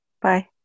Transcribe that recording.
Bye